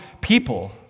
people